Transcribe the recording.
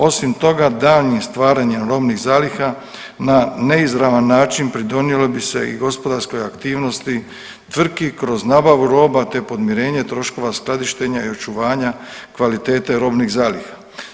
Osim toga, daljnjim stvaranje robnih zaliha na neizravan način pridonijelo bi se i gospodarskoj aktivnosti tvrtki kroz nabavu roba te podmirenje troškova skladištenja i očuvanja kvalitete robnih zaliha.